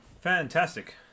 fantastic